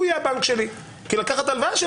הוא יהיה הבנק שלי כי לקחת הלוואה של